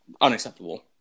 unacceptable